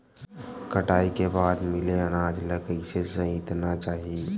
कटाई के बाद मिले अनाज ला कइसे संइतना चाही?